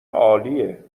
عالیه